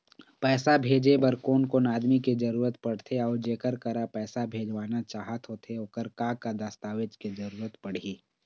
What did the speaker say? पैसा भेजे बार कोन कोन आदमी के जरूरत पड़ते अऊ जेकर करा पैसा भेजवाना चाहत होथे ओकर का का दस्तावेज के जरूरत पड़ही?